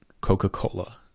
coca-cola